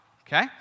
okay